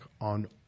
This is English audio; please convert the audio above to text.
on